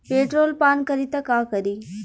Petrol पान करी त का करी?